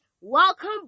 welcome